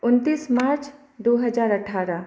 उनतीस मार्च दू हजार अठारह